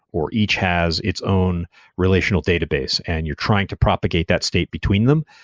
or each has its own relational database and you're trying to propagate that state between them.